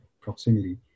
proximity